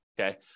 Okay